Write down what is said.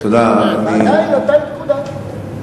ועדיין הוא נתן פקודה.